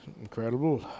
Incredible